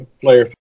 player